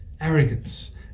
arrogance